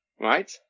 Right